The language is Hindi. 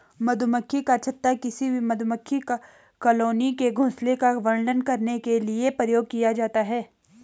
मधुमक्खी का छत्ता किसी भी मधुमक्खी कॉलोनी के घोंसले का वर्णन करने के लिए प्रयोग किया जाता है